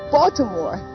Baltimore